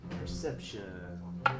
Perception